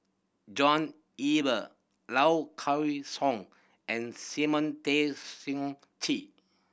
John Eber Low Kway Song and Simon Tay Seong Chee